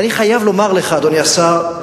ואני חייב לומר לך, אדוני השר,